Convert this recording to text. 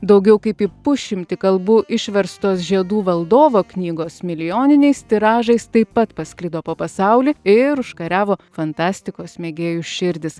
daugiau kaip į pusšimtį kalbų išverstos žiedų valdovo knygos milijoniniais tiražais taip pat pasklido po pasaulį ir užkariavo fantastikos mėgėjų širdis